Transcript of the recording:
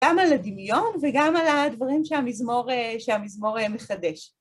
גם על הדמיון וגם על הדברים שהמזמור מחדש.